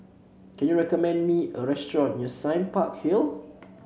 can you recommend me a restaurant near Sime Park Hill